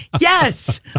yes